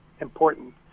important